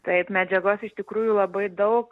taip medžiagos iš tikrųjų labai daug